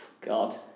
God